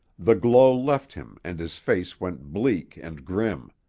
the glow left him and his face went bleak and grim.